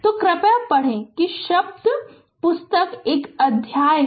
तो कृपया पढ़ें कि शब्द पुस्तक एक अध्याय है